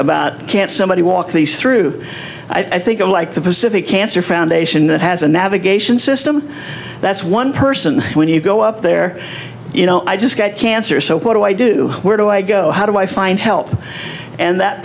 about can't somebody walk these through i think i'm like the pacific cancer foundation that has a navigation system that's one person when you go up there you know i just got cancer so what do i do where do i go how do i find help and that